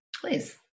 Please